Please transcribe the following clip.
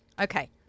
Okay